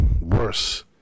worse